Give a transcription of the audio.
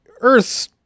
earth